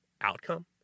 outcome